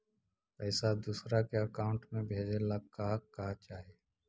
पैसा दूसरा के अकाउंट में भेजे ला का का चाही?